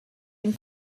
ein